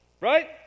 right